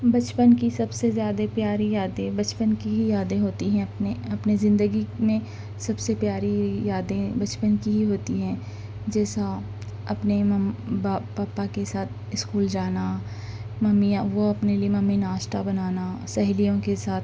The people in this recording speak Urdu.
بچپن کی سب سے زیادہ پیاری یادیں بچپن کی ہی یادیں ہوتی ہیں اپنے اپنے زندگی میں سب سے پیاری یادیں بچپن کی ہی ہوتی ہیں جیسا اپنے مم باپ پاپا کے ساتھ اسکول جانا ممی وہ اپنے لیے ممی ناشتہ بنانا سہیلیوں کے ساتھ